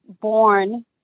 born